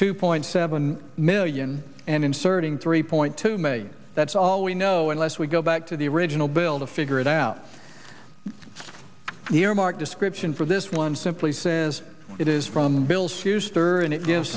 two point seven million and inserting three point two may that's all we know unless we go back to the original bill to figure it out earmark description for this one simply says it is from